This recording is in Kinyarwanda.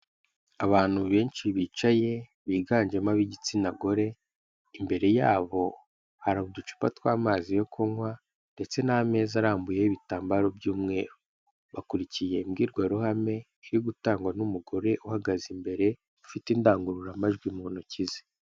Abantu benshi bicaye biganjemo ab'igitsina gore, imbere yabo hari uducupa tw'amazi yo kunywa ndetse n'ameza arambuyeho ibitambaro by'umweru. Bakurikiye imbwirwaruhame, iri gutangwa n'umugore uhagaze imbere, ufite indangururamajwi mu ntoki ze.